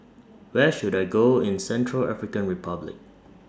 Where should I Go in Central African Republic